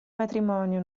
matrimonio